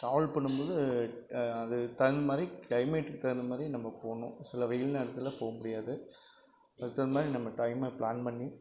travel பண்ணும் போது அது தகுந்த மாதிரி கிளைமேட்டுக்கு தகுந்த மாதிரி நம்ம போகணும் சில வெயில் நேரத்தில் போக முடியாது அதுக்கு தகுந்த மாதிரி நம்ம டைமை ப்ளான் பண்ணி